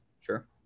sure